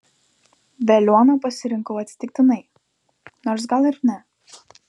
veliuoną pasirinkau atsitiktinai nors gal ir ne